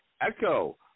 Echo